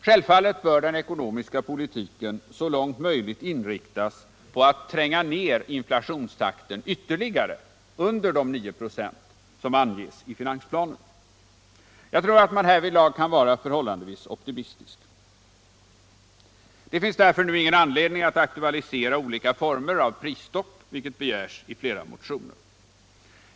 Självfallet bör den ekonomiska politiken så långt möjligt inriktas på att tränga ned inflationstakten ytterligare under de 9 ”; som anges i finansplanen. Jag tror att man härvidlag kan vara förhållandevis optimistisk. Det finns därför nu ingen anledning att aktualisera olika former av prisstopp, vilket begärs i flera motioner.